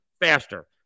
faster